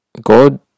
God